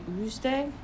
Tuesday